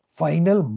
final